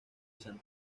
san